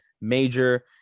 major